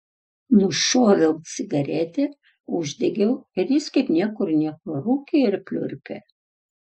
nušoviau cigaretę uždegiau ir jis kaip niekur nieko rūkė ir pliurpė